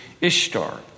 Ishtar